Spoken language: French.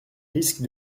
risque